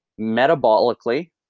metabolically